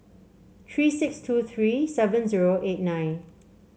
three six two three seven zero eight nine